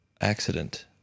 accident